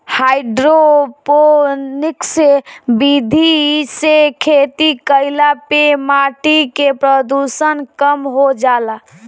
hydroponics विधि से खेती कईला पे माटी के प्रदूषण कम हो जाला